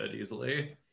easily